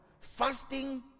Fasting